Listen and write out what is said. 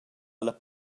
alla